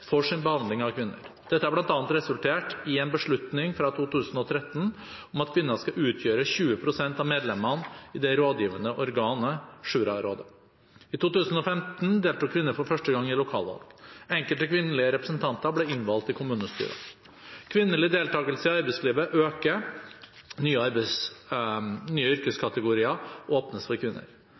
for sin behandling av kvinner. Dette har bl.a. resultert i en beslutning fra 2013 om at kvinner skal utgjøre 20 pst. av medlemmene i det rådgivende organet Shura-rådet. I 2015 deltok kvinner for første gang i lokalvalg. Enkelte kvinnelige representanter ble innvalgt i kommunestyrer. Kvinnelig deltakelse i arbeidslivet øker, og nye yrkeskategorier åpnes for kvinner.